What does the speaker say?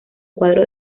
cuadros